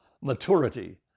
maturity